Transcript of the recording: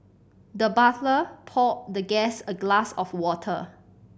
the butler poured the guest a glass of water